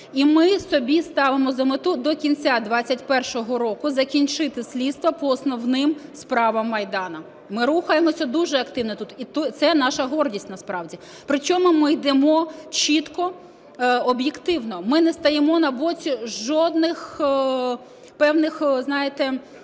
І ми собі ставимо за мету: до кінця 21-го року закінчити слідство по основним справам Майдану. Ми рухаємося дуже активно тут і це наша гордість насправді. При чому ми йдемо чітко об'єктивно. Ми не стаємо на боці жодних певних, знаєте,